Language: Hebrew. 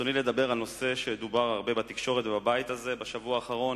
ברצוני לדבר על נושא שדובר בו רבות בתקשורת ובבית הזה בשבוע האחרון,